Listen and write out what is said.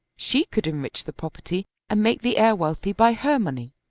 she could enrich the property and make the heir wealthy by her money.